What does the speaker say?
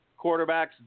quarterbacks